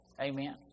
Amen